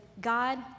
God